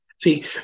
See